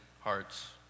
hearts